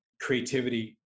creativity